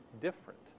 different